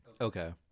Okay